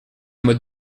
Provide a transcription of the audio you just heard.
mode